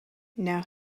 now